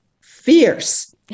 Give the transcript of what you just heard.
fierce